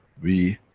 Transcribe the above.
we